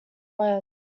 words